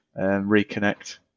reconnect